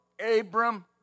Abram